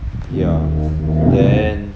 yeah then